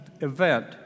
event